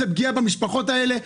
זו פגיעה במשפחות האלה.